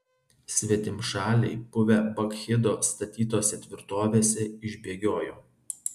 svetimšaliai buvę bakchido statytose tvirtovėse išbėgiojo